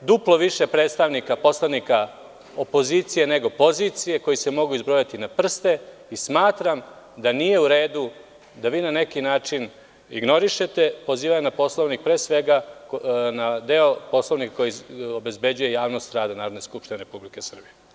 duplo više predstavnika, poslanika opozicije, nego pozicije, koji se mogu izbrojati na prste i smatram da nije u redu da vi na neki način ignorišete, pozivam na deo Poslovnika koji obezbeđuje javnost rada Narodne skupštine Republike Srbije.